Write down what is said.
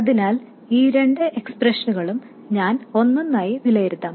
അതിനാൽ ഈ രണ്ട് എക്സ്പ്രഷനുകളും ഞാൻ ഒന്നൊന്നായി വിലയിരുത്താം